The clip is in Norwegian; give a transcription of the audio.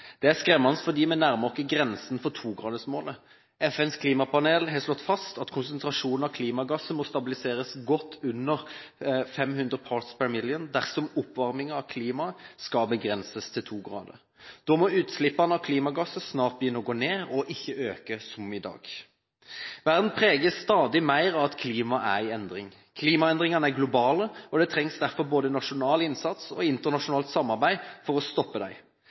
Det er skremmende fordi vi nærmer oss grensen for 2-gradersmålet. FNs klimapanel har slått fast at konsentrasjonen av klimagasser må stabiliseres godt under 500 p.p.m. dersom oppvarmingen av klimaet skal begrenses til to grader. Da må utslippene av klimagasser snart begynne å gå ned og ikke øke som i dag. Verden preges stadig mer av at klimaet er i endring. Klimaendringene er globale, og det trengs derfor både nasjonal innsats og internasjonalt samarbeid for å stoppe